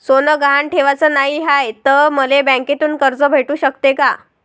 सोनं गहान ठेवाच नाही हाय, त मले बँकेतून कर्ज भेटू शकते का?